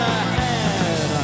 ahead